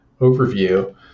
overview